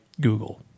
google